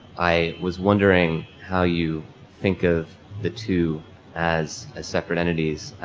i was wondering how you think of the two as ah separate entities,